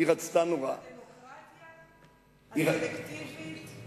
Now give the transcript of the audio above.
בדמוקרטיה הסלקטיבית שלנו,